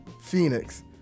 Phoenix